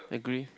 agree